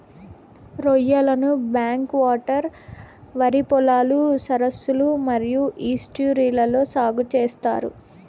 రొయ్యలను backwaters, వరి పొలాలు, సరస్సులు మరియు ఈస్ట్యూరీలలో సాగు చేత్తారు